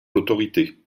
l’autorité